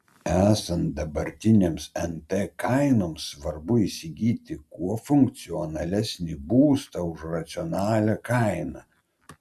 esant dabartinėms nt kainoms svarbu įsigyti kuo funkcionalesnį būstą už racionalią kainą